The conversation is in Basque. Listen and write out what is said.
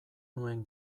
nuen